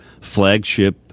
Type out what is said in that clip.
flagship